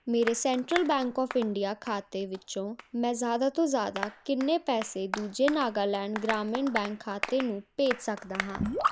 ਮੇਰੇ Central Bank of India ਖਾਤੇ ਵਿੱਚੋਂ ਮੈਂ ਜ਼ਿਆਦਾ ਤੋਂ ਜ਼ਿਆਦਾ ਕਿੰਨੇ ਪੈਸੇ ਦੂਜੇ ਨਾਗਾਲੈਂਡ ਗ੍ਰਾਮੀਣ ਬੈਂਕ ਖਾਤੇ ਨੂੰ ਭੇਜ ਸਕਦਾ ਹਾਂ